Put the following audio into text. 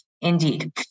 Indeed